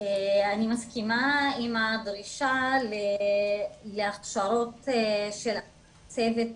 אני מסכימה עם הדרישה להכשרות של צוות